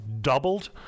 doubled